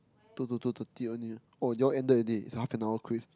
two two two thirty only ah oh they all ended already so half an hour quiz